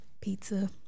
Pizza